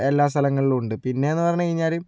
എല്ലാ സ്ഥലങ്ങളിലും ഉണ്ട് പിന്നെയെന്ന് പറഞ്ഞു കഴിഞ്ഞാൽ